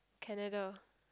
Canada